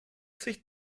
sich